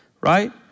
Right